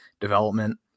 development